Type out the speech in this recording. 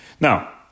Now